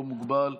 לא מוגבל,